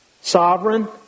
Sovereign